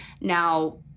Now